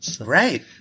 Right